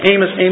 Amos